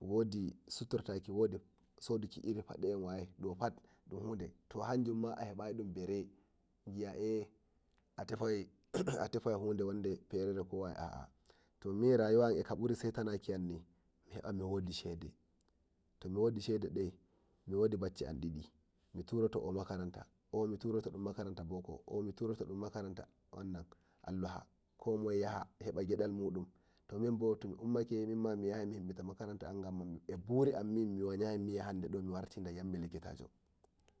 wodi suturtaki wodi soduki pade wodi waye waye do pat dun hunde to hanjumma a hebai bare bi'a a tefowai hunde wonde fere ko waye aa to e rayuwa an eka mburi setanakiyam ni meheba mi wadi shede to mi wodi nde miwodi bacci am ndidi O mi turodun makaranta o mi turodun makaranta Allah komoye yaha heba gedal mudun to minbo to mi ummake mi yahai mi himmita makaranta an gan ma e buri an min mi wanyai mi warta likitajo.